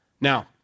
Now